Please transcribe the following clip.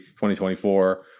2024